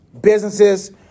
Businesses